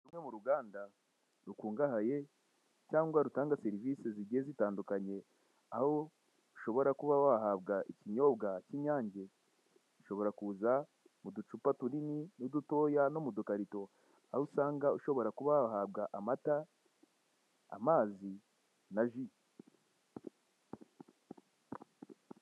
Rumwe mu ruganda rukungahaye cyangwa rutanga serivise zitandukanye aho ushobora kuba wahabwa ikinyobwa cy'inyange. Bishobora kuza mu ducupa tunini n'udutoya cyangwa udukarito, aho usanga ushobora kuba wahabwa amata, amazi na ji.